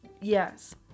Yes